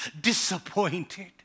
Disappointed